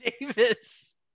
Davis